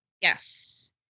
Yes